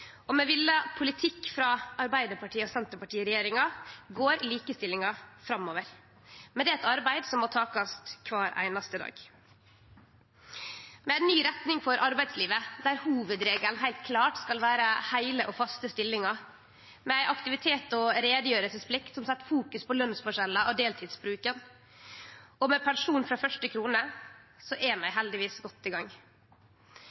Med vilja politikk frå Arbeidarparti–Senterparti-regjeringa går likestillinga framover, men det er eit arbeid som må gjerast kvar einaste dag. Med ei ny retning for arbeidslivet, der hovudregelen heilt klart skal vere heile og faste stillingar, med ei aktivitets- og utgreiingsplikt som set fokus på lønsforskjellar og deltidsbruken, og med pensjon frå første krone er